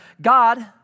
God